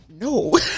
no